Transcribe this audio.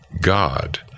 God